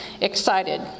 excited